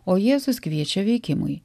o jėzus kviečia veikimui